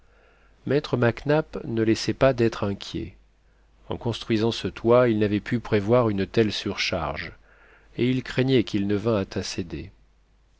maître mac nap ne laissait pas d'être inquiet en construisant ce toit il n'avait pu prévoir une telle surcharge et il craignait qu'il ne vînt à céder